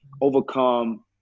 overcome